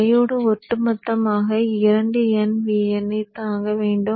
diode ஒட்டுமொத்தமாக 2 nVin ஐ தாங்க வேண்டும்